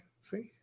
See